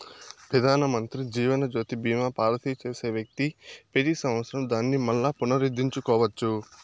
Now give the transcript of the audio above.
పెదానమంత్రి జీవనజ్యోతి బీమా పాలసీ చేసే వ్యక్తి పెతి సంవత్సరం దానిని మల్లా పునరుద్దరించుకోవచ్చు